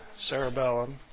cerebellum